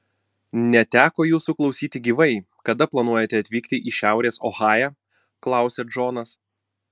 neteko jūsų klausyti gyvai kada planuojate atvykti į šiaurės ohają klausia džonas